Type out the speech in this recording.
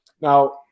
now